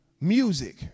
Music